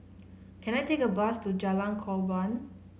can I take a bus to Jalan Korban